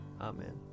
Amen